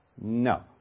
No